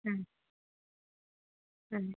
হ্যাঁ হ্যাঁ